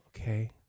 Okay